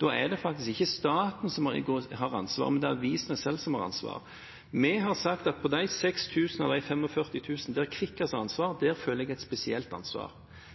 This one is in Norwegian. Da er det ikke staten som har ansvaret, men det er avisene selv som har ansvaret. Jeg har sagt at for de 6 000 av de 45 000 der Kvikkas har ansvar, føler jeg et spesielt ansvar.